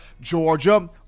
Georgia